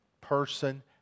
person